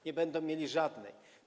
Nie będą mieli żadnej.